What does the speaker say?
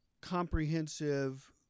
comprehensive